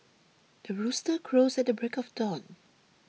the rooster crows at the break of dawn